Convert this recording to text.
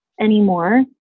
anymore